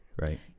Right